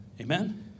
Amen